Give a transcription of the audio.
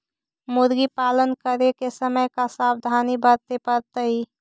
मुर्गी पालन करे के समय का सावधानी वर्तें पड़तई?